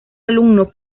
alumno